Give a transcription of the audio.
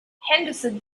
henderson